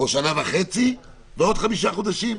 שנה וחצי ועוד חמישה חודשים.